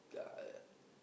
uh